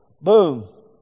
Boom